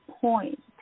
point